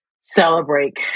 celebrate